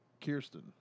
Kirsten